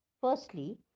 Firstly